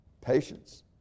Patience